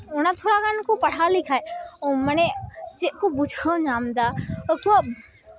ᱚᱱᱟ ᱛᱷᱚᱲᱟ ᱜᱟᱱ ᱠᱚ ᱯᱟᱲᱦᱟᱣ ᱞᱮᱠᱷᱟᱡ ᱢᱟᱱᱮ ᱪᱮᱫ ᱠᱚ ᱵᱩᱡᱷᱟᱹᱣ ᱧᱟᱢᱫᱟ ᱟᱠᱚᱣᱟᱜ